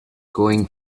going